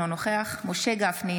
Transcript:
אינו נוכח משה גפני,